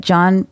John